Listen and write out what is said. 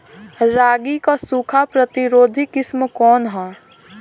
रागी क सूखा प्रतिरोधी किस्म कौन ह?